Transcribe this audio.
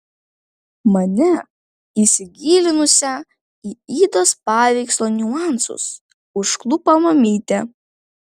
mane įsigilinusią į idos paveikslo niuansus užklupo mamytė